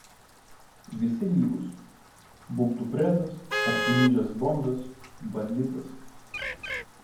visi lygūs būk tu prezas apsimyžęs bomžas banditas